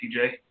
TJ